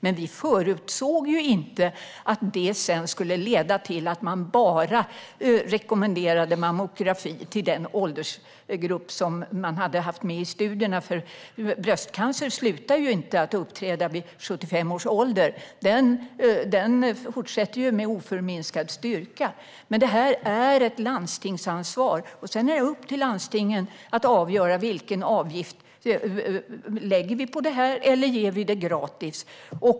Men vi förutsåg inte att det sedan skulle leda till att man bara skulle rekommendera mammografi till den åldersgrupp som hade varit med i studierna. Bröstcancer slutar inte att uppträda vid 75 års ålder. Den fortsätter med oförminskad styrka. Men detta är ett landstingsansvar. Det är upp till landstingen att avgöra vilken avgift det ska vara eller om det ska vara gratis.